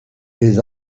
les